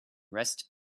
rest